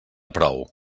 prou